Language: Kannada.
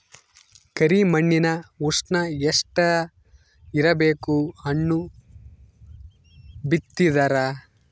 ಕರಿ ಮಣ್ಣಿನ ಉಷ್ಣ ಎಷ್ಟ ಇರಬೇಕು ಹಣ್ಣು ಬಿತ್ತಿದರ?